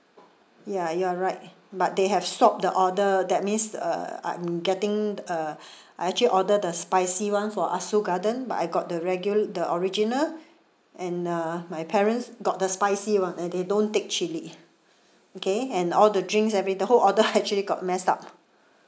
ya you're right but they have swapped the order that means uh I'm getting a I actually order the spicy one for ah soo garden but I got the regul~ the original and uh my parents got the spicy one and they don't take chilli okay and all the drinks every the whole order actually got messed up